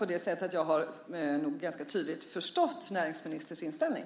Jag har nog ganska tydligt förstått näringsministerns inställning.